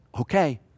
Okay